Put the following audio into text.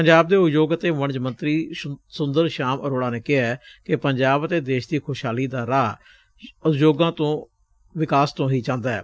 ਪੰਜਾਬ ਦੇ ਊਦਯੋਗ ਅਤੇ ਵਣਜ ਮੰਤਰੀ ਸੁੰਦਰ ਸ਼ਾਮ ਅਰੋੜਾ ਨੇ ਕਿਹੈ ਕਿ ਪੰਜਾਬ ਅਤੇ ਦੇਸ਼ ਦੀ ਖੁਸ਼ਹਾਲੀ ਦਾ ਰਾਹ ਉਦਯੋਗਾਂ ਦੇ ਵਿਕਾਸ ਤੋਂ ਹੀ ਜਾਂਦੈ